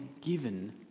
given